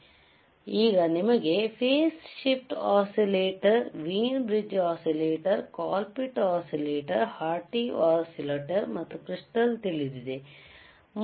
ಆದ್ದರಿಂದ ಈಗ ನಿಮಗೆ phase shift oscillator Wien bridge oscillator Colpitts oscillator Hartley oscillator ಮತ್ತು ಕ್ರಿಸ್ಟಾಲ್ ತಿಳಿದಿವೆ